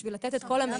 כדי לתת את כל המידע.